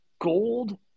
gold